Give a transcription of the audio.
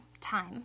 time